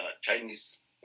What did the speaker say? Chinese